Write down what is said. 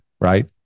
right